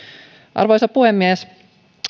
arvoisa puhemies